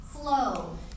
flow